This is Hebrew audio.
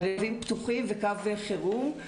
ערבים פתוחים וקו חירום.